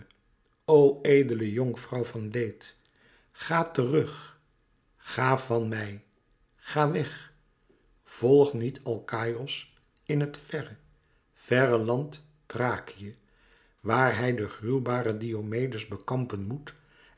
o edele jonkvrouw van leed ga terug ga vàn mij ga weg volg niet alkaïos in het verre verre land thrakië waar hij den gruwbaren diomedes bekampen moet